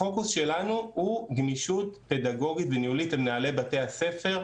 הפוקוס שלנו הוא גמישות פדגוגית וניהולית למנהלי בתי הספר.